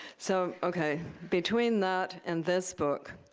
so, ok, between that and this book,